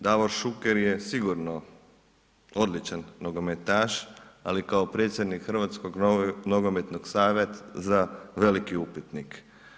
Davor Šuker je sigurno odličan nogometaš, ali kao predsjednik Hrvatskog nogometnog saveza, veliki upitnik.